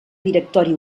directori